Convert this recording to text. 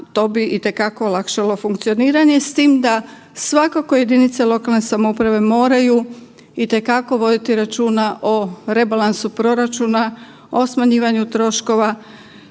to bi itekako olakšalo funkcioniranje s tim da svakako jedinice lokalne samouprave moraju itekako voditi računa o rebalansu proračuna, o smanjivanju troškova.